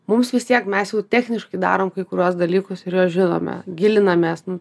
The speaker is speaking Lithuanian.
mums vis tiek mes jau techniškai darom kai kuriuos dalykus yra žinome gilinamės nu